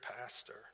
pastor